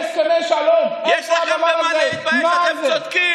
יש לכם על מה להתבייש, אתם צודקים.